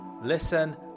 Listen